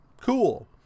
cool